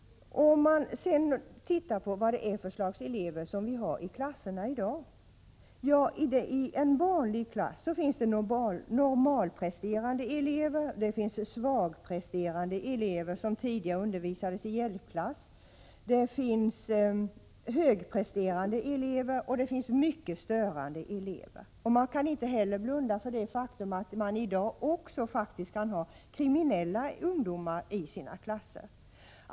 Vi kan sedan titta på vad det är för slags elever som finns i klasserna i dag. I en vanlig klass finns det normalpresterande elever, det finns svagpresterande elever, som tidigare undervisades i hjälpklass, det finns högpresterande elever och det finns mycket störande elever. Man kan inte heller blunda för det faktum att man i dag också faktiskt kan ha kriminella ungdomar i sina klasser.